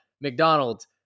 McDonald's